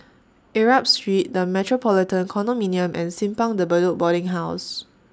Arab Street The Metropolitan Condominium and Simpang De Bedok Boarding House